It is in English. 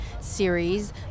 series